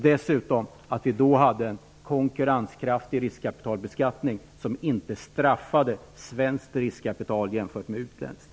Dessutom var riskkapitalbeskattningen konkurrenskraftig; den straffade inte svenskt riskkapital jämfört med utländskt.